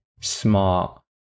smart